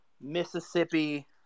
Mississippi